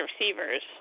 receivers